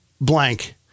blank